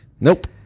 Nope